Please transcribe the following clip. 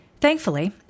Thankfully